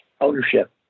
ownership